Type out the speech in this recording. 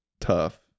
tough